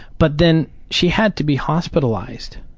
but then she had to be hospitalized.